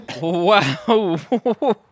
Wow